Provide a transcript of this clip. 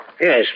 Yes